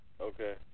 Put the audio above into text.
Okay